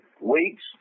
weeks